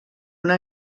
una